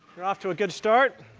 you're off to a good start.